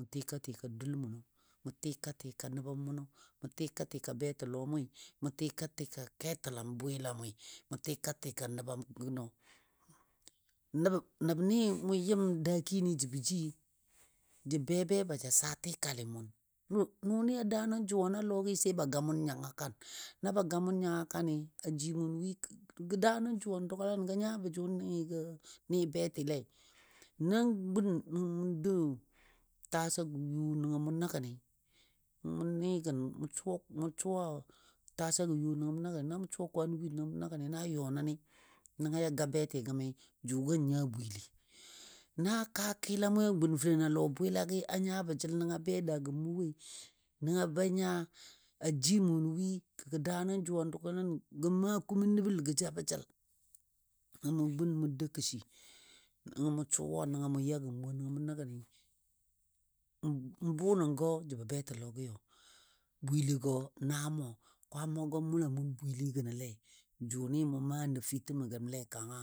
mʊ tika tika dul mʊnɔ, mʊ tika tika nəbam mʊnɔ, mʊ tika tika betilɔmoi, mʊ tika tika ketəlam bwɨlamɔi mʊ tika tika, nəbam gənɔ, nəbni mʊ yɨm dakini jəbɔ ji jə be be ba ja saa tikali mʊn, nʊnɨ a daa nə juwan a lɔgi sai ba ga mʊn nyanga kan, na ba ga mʊn nyanga kani a ji mʊn wi gə daa nən juwa dugalən ga nyabɔ jʊnɨ ga nɨ betilei. Nan gun nəngɔ dou tasagɔ yo nəngɔ mou ni gəni, mou ni gən mou suwa mou suwa tasagɔ yo nəngɔ mou ni gəni na mou suwa kwanɔ win nəngɔ mʊ ni gəni na yɔ nəni nənga yo ga beti gəmi, jʊgɔ n nya bwili. Na kaa kila mou gun fəlen a lɔ bwɨlagi a nyabo jəl nənga be daagɔ mʊ woi, nənga be nya a ji mʊn wi gə gɔ da nən juwan dugalən gə maa kumɔ nəbəl gə jabɔ jəl. Nəngɔ mʊ gun mou dou kəshi nəngɔ mʊ suwa mʊ gəm wo nəngɔ mʊ ya gəni, n bʊ nəngɔ jəbɔ betilɔgiyo, bwiligɔ na mʊn Kwaamaggɔ mʊla mʊn bwiligɔle jʊnɨ mʊ maa nəfitəmo gəmele kanga